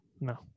no